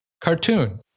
cartoon